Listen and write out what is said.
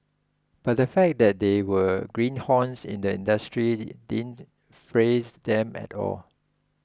but the fact that they were greenhorns in the industry didn't faze them at all